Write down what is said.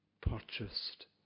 purchased